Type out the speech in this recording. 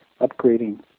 upgrading